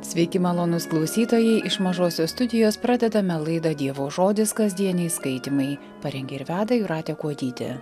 sveiki malonūs klausytojai iš mažosios studijos pradedame laidą dievo žodis kasdieniai skaitymai parengė ir veda jūratė kuodytė